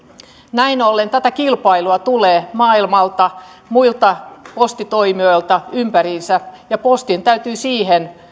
näin ollen tätä kilpailua tulee maailmalta muilta postitoimijoilta ympäriinsä ja postin täytyy siihen